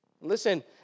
Listen